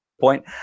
Point